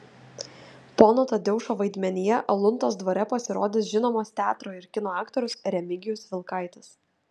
pono tadeušo vaidmenyje aluntos dvare pasirodys žinomas teatro ir kino aktorius remigijus vilkaitis